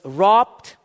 robbed